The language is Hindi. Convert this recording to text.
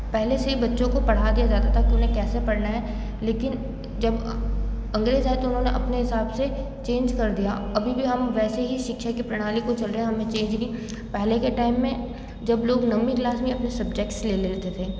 पहले से ही बच्चों को पढ़ा दिया जाता था कि उन्हें कैसे पढ़ना है लेकिन जब अंग्रेज आए तो उन्होंने अपने हिसाब से चेंज कर दिया और अभी भी हम वैसे ही शिक्षा की प्रणाली को चल रहे हैं और पहले के टाइम में जब लोग नवीं क्लास में अपने सब्जेक्ट ले लेते थे